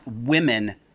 women